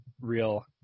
real